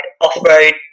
off-road